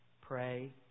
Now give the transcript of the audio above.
Pray